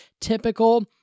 typical